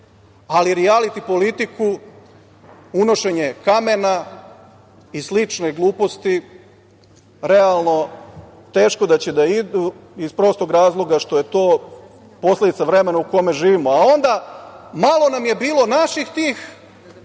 ali rijaliti politiku unošenje kamena i slične gluposti, realno teško da će da idu, iz prostog razloga što je to posledica vremena u kome živimo, a onda, malo nam je bilo naših tih,